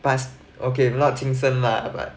pass okay not 亲生 lah but